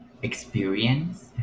experience